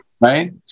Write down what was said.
right